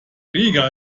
riga